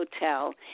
hotel